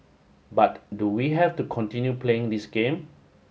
but do we have to continue playing this game